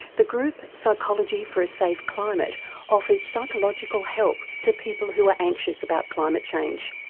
the group psychology for a safe climate offers psychological help to people who are anxious about climate change.